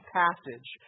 passage